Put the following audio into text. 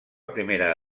primera